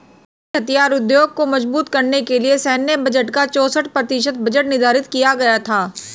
स्वदेशी हथियार उद्योग को मजबूत करने के लिए सैन्य बजट का चौसठ प्रतिशत बजट निर्धारित किया गया था